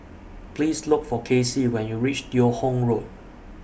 Please Look For Casie when YOU REACH Teo Hong Road